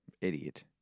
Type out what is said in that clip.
idiot